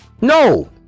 No